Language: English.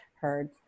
heard